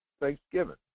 Thanksgiving